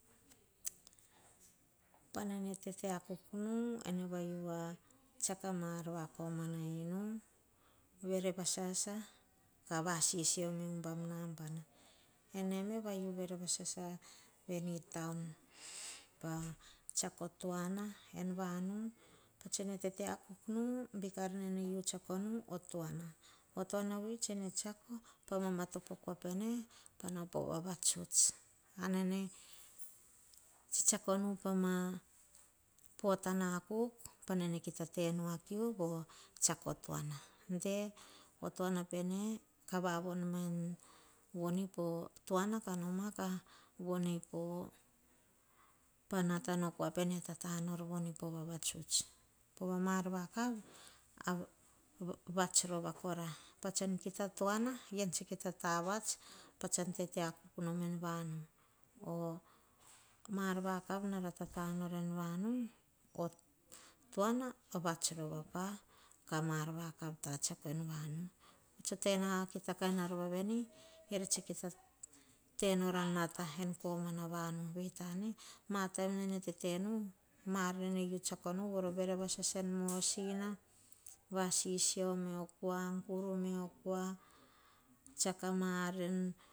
Pa nene tete kuk nu, ene va u tsiako a ma ar en koma na inu. vere vasasa, ka vasisio mio ubam nabana. Ene me va u vere vasasa en taun pa tsiako tuana. en vanu. pa tse ne tete akuk nu, bik ar nene u tsiako nu o tuana. O tuama vui, tse ne tsiako pa mamatopo o kua pene. Pa nao po vavatuts. Ane tsiako nu pama pota akuk. panene kita te nu akiu. vo tsiako tuana. De o tuana pene, ka vavom ma voni po tuana, ka noma ka vonoi po, pa nata no kua pene tata nor voni po vavatuts avats rova kora. pa tsan kita tuana, ean tsa kita ta akuk a vats en vanu. O ma ar vakav nara tata nora en vanu vats rova kora. Ka ma ar vakav tatsiako en vanu. tse kita tena ta kain ar voaveni, eara tsa kita tenor nata. en komana vanu, vei tane, ma taim nene tete nu. Ma ar nene u tsiako nu. vere vasasa en mosina, vasisio meo kua, guru meo kua. tsiako ma ar en,